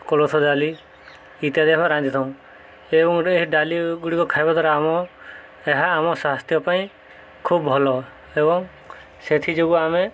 କୋଳଥ ଡାଲି ଇତ୍ୟାଦି ଆମେ ରାନ୍ଧିଥାଉ ଏବଂ ଗୋଟେ ଏହି ଡାଲିଗୁଡ଼ିକ ଖାଇବା ଦ୍ୱାରା ଆମ ଏହା ଆମ ସ୍ୱାସ୍ଥ୍ୟ ପାଇଁ ଖୁବ୍ ଭଲ ଏବଂ ସେଥିଯୋଗୁଁ ଆମେ